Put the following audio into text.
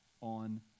on